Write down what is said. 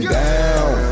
down